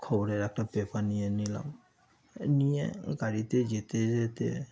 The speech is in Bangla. খবরের একটা পেপার নিয়ে নিলাম নিয়ে গাড়িতে যেতে যেতে